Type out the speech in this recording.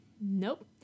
Nope